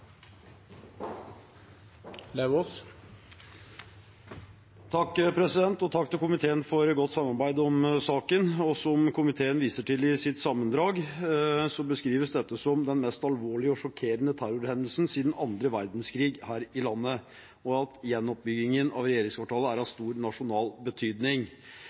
Takk til komiteen for godt samarbeid om saken. Som komiteen viser til i sitt sammendrag, beskrives dette som den mest alvorlige og sjokkerende terrorhendelsen siden annen verdenskrig her i landet, og gjenoppbyggingen av regjeringskvartalet er av stor nasjonal betydning.